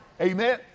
Amen